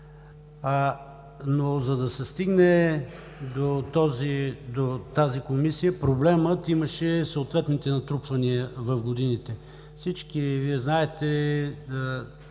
За да се стигне до тази Комисия, проблемът имаше съответните натрупвания в годините. Всички Вие знаете